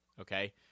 Okay